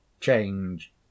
change